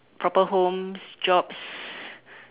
proper homes jobs